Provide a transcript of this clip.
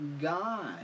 God